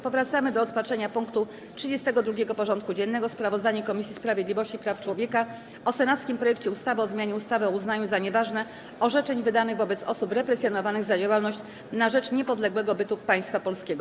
Powracamy do rozpatrzenia punktu 32. porządku dziennego: Sprawozdanie Komisji Sprawiedliwości i Praw Człowieka o senackim projekcie ustawy o zmianie ustawy o uznaniu za nieważne orzeczeń wydanych wobec osób represjonowanych za działalność na rzecz niepodległego bytu Państwa Polskiego.